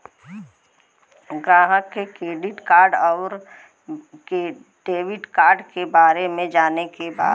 ग्राहक के credit card और डेविड कार्ड के बारे में जाने के बा?